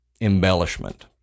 embellishment